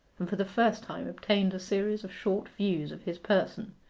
and for the first time obtained a series of short views of his person,